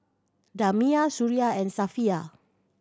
Damia Suria and Safiya